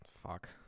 fuck